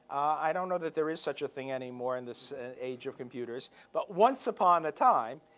i don't know that there is such a thing anymore in this age of computers. but once upon a time,